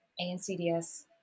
ANCDS